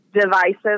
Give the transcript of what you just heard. divisive